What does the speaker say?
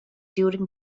during